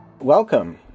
Welcome